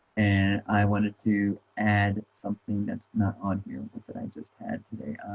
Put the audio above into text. and i wanted to add something that's not on here that i just had today.